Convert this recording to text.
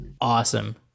awesome